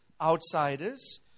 Outsiders